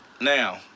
Now